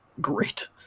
great